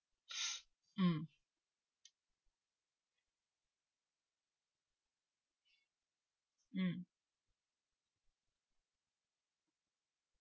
mm mm